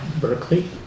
Berkeley